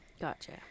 Gotcha